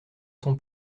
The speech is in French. son